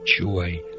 joy